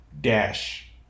Dash